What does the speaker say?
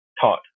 taught